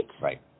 Right